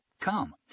Come